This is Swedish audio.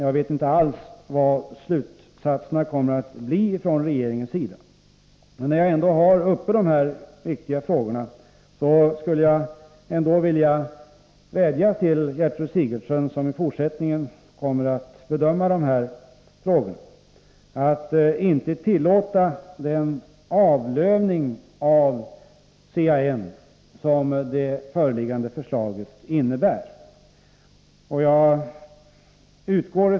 Jag vet inte alls vilka regeringens slutsatser kommer att bli. Men när jag ändå har dessa viktiga frågor uppe, skulle jag vilja vädja till Gertrud Sigurdsen, som i fortsättningen kommer att bedöma dessa frågor, att inte tillåta den avlövning av CAN som det föreliggande förslaget innebär.